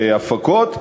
בהפקות,